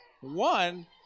one